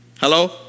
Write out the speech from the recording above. Hello